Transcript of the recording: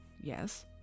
Yes